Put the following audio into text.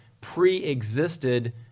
pre-existed